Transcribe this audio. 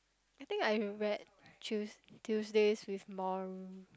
I think I read Tues~ Tuesdays with Mor~